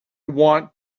want